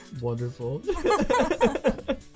Wonderful